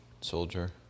Soldier